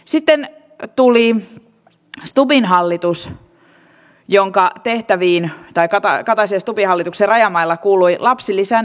sitten tuli stubbin hallitus jonka tehtäviin tai kataisen ja stubbin hallituksen rajamailla kuului lapsilisän leikkaaminen